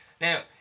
Now